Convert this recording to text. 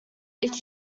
did